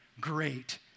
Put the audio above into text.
great